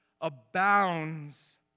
abounds